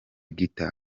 guitar